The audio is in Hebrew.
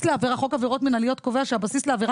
חוק עבירות מינהליות קובע שהבסיס לעבירה